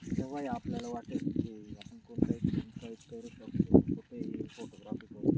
केव्हाही आपल्याला वाटेल की आपण को काही काही करू शकतो कुठंही फोटोग्राफी